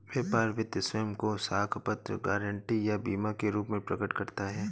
व्यापार वित्त स्वयं को साख पत्र, गारंटी या बीमा के रूप में प्रकट करता है